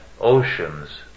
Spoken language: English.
oceans